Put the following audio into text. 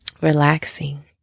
Relaxing